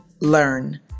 Learn